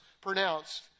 pronounced